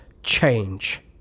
Change